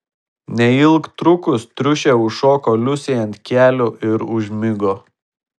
neilgtrukus triušė užšoko liusei ant kelių ir užmigo